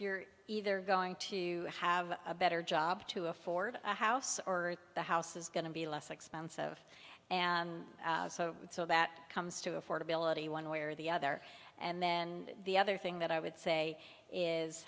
you're either going to have a better job to afford a house or the house is going to be less expensive and so that comes to affordability one way or the other and then the other thing that i would say is